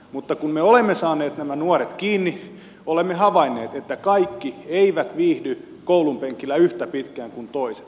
mutta kun me olemme saaneet nämä nuoret kiinni olemme havainneet että kaikki eivät viihdy koulun penkillä yhtä pitkään kuin toiset